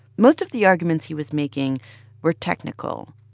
most of the arguments he was making were technical.